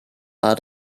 are